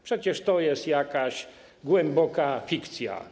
Przecież to jest jakaś głęboka fikcja.